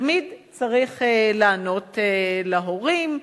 תמיד צריך לענות להורים.